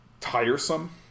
tiresome